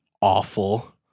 awful